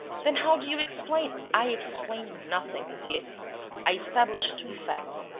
then how do you explain? i explain nothing, monsieur i establish two facts,